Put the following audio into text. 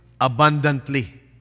abundantly